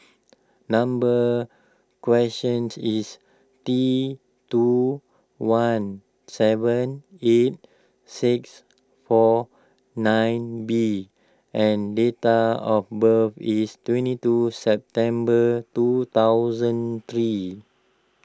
number questions is T two one seven eight six four nine B and data of birth is twenty two September two thousand three